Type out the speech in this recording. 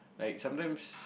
like sometimes